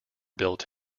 built